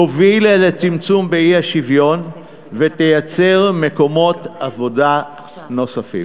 תוביל לצמצום באי-שוויון ותייצר מקומות עבודה נוספים.